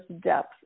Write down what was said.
depth